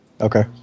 Okay